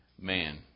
man